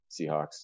Seahawks